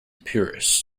puris